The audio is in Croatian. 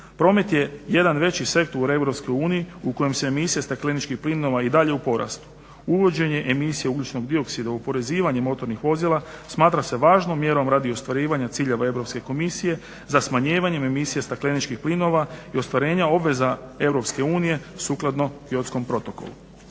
Promet je jedan veći sektor u Europskoj uniji u kojem se emisija stakleničkih plinova i dalje u porastu. Uvođenje emisije ugljičnog dioksida u oporezivanje motornih vozila smatra se važnom mjerom radi ostvarivanja ciljeva Europske komisije za smanjivanje emisija stakleničkih plinova i ostvarenja obveza Europske unije sukladno Kyotskom protokolu.